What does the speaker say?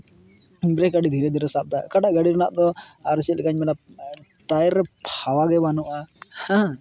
ᱡᱮ ᱠᱟᱹᱴᱤᱡ ᱫᱷᱤᱨᱮ ᱫᱷᱤᱨᱮ ᱥᱟᱵ ᱫᱟᱭ ᱚᱠᱟᱴᱟᱜ ᱜᱟᱹᱲᱤ ᱨᱮᱱᱟᱜ ᱫᱚ ᱟᱨ ᱪᱮᱫ ᱞᱮᱠᱟᱧ ᱞᱟᱹᱭᱟ ᱚᱠᱟᱴᱟᱜ ᱴᱟᱭᱮᱨ ᱨᱮ ᱦᱟᱣᱟ ᱜᱮ ᱵᱟᱹᱱᱩᱜᱼᱟ ᱦᱮᱸ